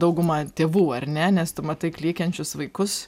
dauguma tėvų ar ne nes tu matai klykiančius vaikus